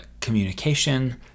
communication